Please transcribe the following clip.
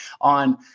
on